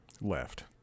left